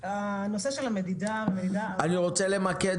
במצב שבו המדידה מייצגת